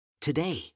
Today